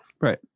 Right